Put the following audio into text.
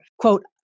quote